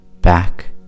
Back